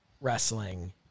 wrestling